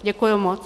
Děkuji moc.